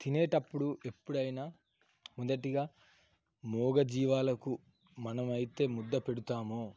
తినేటప్పుడు ఎప్పుడైనా మొదటిగా మూగజీవాలకు మనం అయితే ముద్ద పెడతాము